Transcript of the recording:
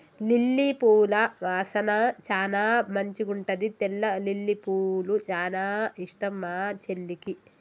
lily పూల వాసన చానా మంచిగుంటది తెల్ల లిల్లీపూలు చానా ఇష్టం మా చెల్లికి